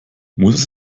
muss